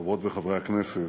חברות וחברי הכנסת,